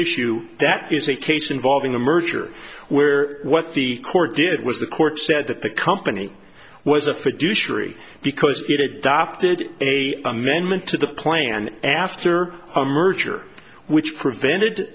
issue that is a case involving a merger where what the court did was the court said that the company was a fiduciary because it adopted any amendment to the plan after a merger which prevented